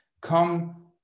Come